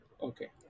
Okay